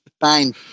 Fine